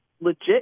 legit